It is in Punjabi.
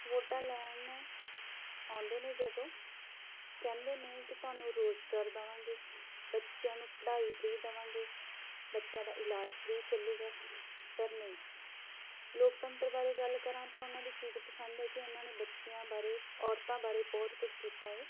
ਵੋਟਾਂ ਲੈਣ ਆਉਂਦੇ ਨੇ ਜਦੋਂ ਕਹਿੰਦੇ ਨੇ ਕਿ ਤੁਹਾਨੂੰ ਰੋਜ਼ਗਾਰ ਦੇਵਾਂਗੇ ਬੱਚਿਆਂ ਨੂੰ ਪੜ੍ਹਾਈ ਫਰੀ ਦੇਵਾਂਗੇ ਬੱਚਿਆਂ ਦਾ ਇਲਾਜ ਫਰੀ ਚੱਲੂਗਾ ਪਰ ਨਹੀਂ ਲੋਕਤੰਤਰ ਬਾਰੇ ਗੱਲ ਕਰਾਂ ਤਾਂ ਉਹਨਾਂ ਦੀ ਚੀਜ਼ ਪਸੰਦ ਹੈ ਕਿ ਉਹਨਾਂ ਨੇ ਬੱਚਿਆਂ ਬਾਰੇ ਔਰਤਾਂ ਬਾਰੇ ਬਹੁਤ ਕੁਝ ਕੀਤਾ ਹੈ